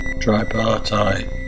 Tripartite